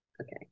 okay